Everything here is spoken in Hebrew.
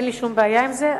אין לי שום בעיה עם זה,